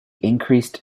increased